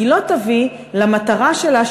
היא לא תביא למטרה שלה,